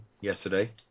yesterday